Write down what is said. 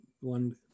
one